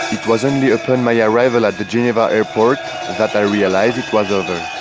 was only upon my arrival at the geneva airport that i realized it was over.